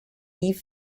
leave